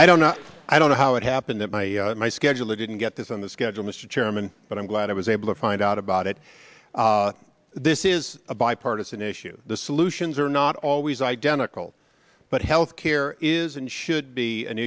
i don't know i don't know how it happened that my my scheduler didn't get this on the schedule mr chairman but i'm glad i was able to find out about it this is a bipartisan issue the solutions are not always identical but health care is and should be an